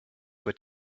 were